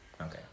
Okay